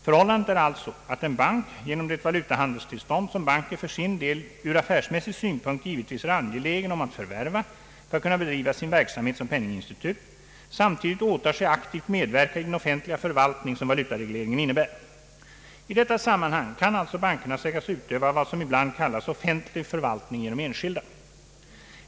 Förhållandet är alltså att en bank genom det valutahandelstillstånd, som banken för sin del ur affärsmässig synpunkt givetvis är angelägen om att förvärva för att kunna bedriva sin verksamhet som penninginstitut, samtidigt åtar sig aktivt medverka i den offentliga förvaltning som valutaregleringen innebär. I detta sammanhang kan alltså bankerna sägas utöva vad som ibland kallas offentlig förvaltning genom enskilda.